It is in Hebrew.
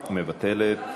מבטלת.